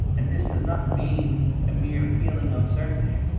and this does not mean a mere feeling of certainty.